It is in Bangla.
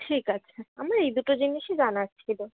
ঠিক আছে আমার এই দুটো জিনিসই জানার ছিলো